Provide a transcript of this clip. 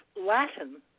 Latin